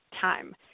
time